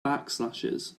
backslashes